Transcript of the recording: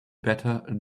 better